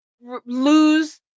lose